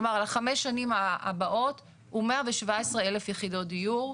כלומר לחמש השנים הבאות הוא 117,000 יחידות דיור,